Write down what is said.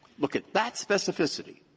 look at that specificity,